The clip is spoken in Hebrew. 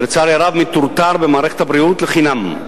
שלצערי הרב מטורטר במערכת הבריאות לחינם.